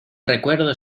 recuerdo